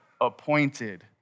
appointed